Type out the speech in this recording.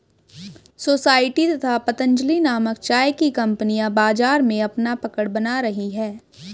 society तथा पतंजलि नामक चाय की कंपनियां बाजार में अपना पकड़ बना रही है